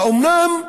האומנם?